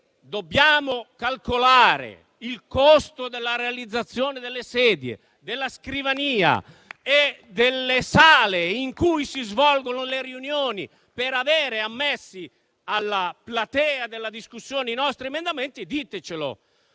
dobbiamo calcolare il costo della realizzazione delle sedie, della scrivania e delle sale in cui si svolgono le riunioni per avere ammessi alla platea della discussione i nostri emendamenti, ditecelo.